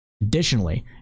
Additionally